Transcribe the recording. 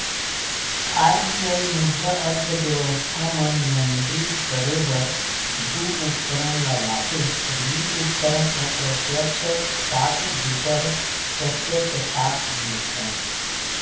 RBI मुद्रा अर्थबेवस्था म नियंत्रित करे बर दू उपकरन ल लाथे पहिली उपकरन अप्रत्यक्छ साख दूसर प्रत्यक्छ साख नियंत्रन